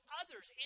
others